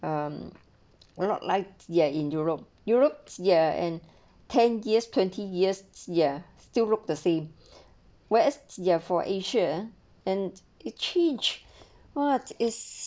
um we're not like ya in europe europe ya and ten years twenty years ya still look the same whereas ya for asia and it change what is